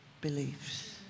beliefs